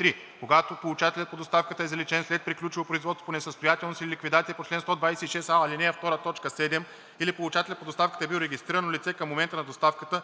(3) Когато получателят по доставката е заличен след приключило производство по несъстоятелност или ликвидация по чл. 126а, ал. 2, т. 7 или получателят по доставката е бил регистрирано лице към момента на доставката,